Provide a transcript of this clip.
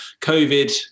COVID